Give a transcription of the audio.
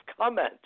comment